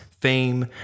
fame